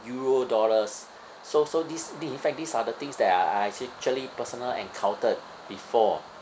euro dollars so so this thi~ in fact these are the things that I I actually personally encountered before